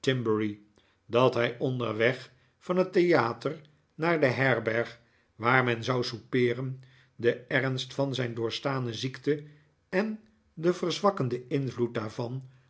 timberry dat hij onderweg van het theater naar de herberg waar men zou soupeeren den ernst van zijn doorstane ziekte en den verzwakkenden invloed daarvan